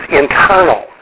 internal